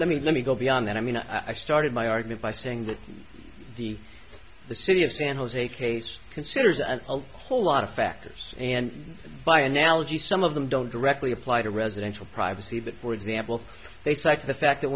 let me let me go beyond that i mean i started my argument by saying that the city of san jose case considers a whole lot of factors and by analogy some of them don't directly apply to residential privacy but for example they cite the fact that